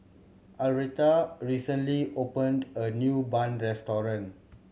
Arletta recently opened a new bun restaurant